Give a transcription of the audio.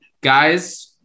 guys